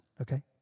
okay